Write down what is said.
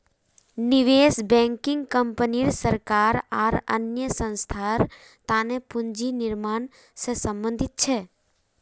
निवेश banking company सरकार आर अन्य संस्थार तने पूंजी निर्माण से संबंधित छे